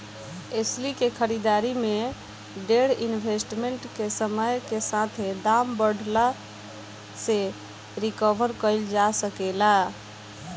एस्ली के खरीदारी में डेर इन्वेस्टमेंट के समय के साथे दाम बढ़ला से रिकवर कईल जा सके ला